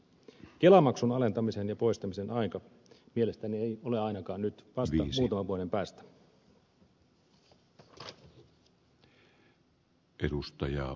kelamaksun alentamisen ja poistamisen aika mielestäni ei ole ainakaan nyt vaan vasta muutaman vuoden päästä